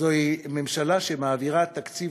ממשלה שמזמינה כלי מלחמה יקרים,